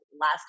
last